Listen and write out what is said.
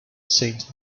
saint